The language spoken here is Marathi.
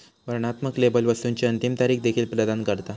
वर्णनात्मक लेबल वस्तुची अंतिम तारीख देखील प्रदान करता